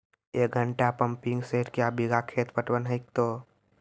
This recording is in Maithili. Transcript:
एक घंटा पंपिंग सेट क्या बीघा खेत पटवन है तो?